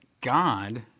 God